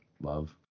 love